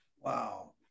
Wow